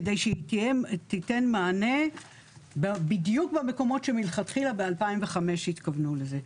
כדי שהיא תיתן מענה בדיוק במקומות שמלכתחילה ב-2005 התכוונו לזה.